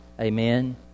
Amen